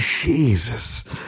Jesus